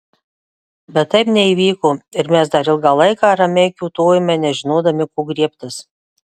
bet taip neįvyko ir mes dar ilgą laiką ramiai kiūtojome nežinodami ko griebtis